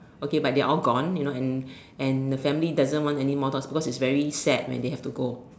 okay but they're all gone you know and and the family doesn't want any more dog because is so sad when they have to go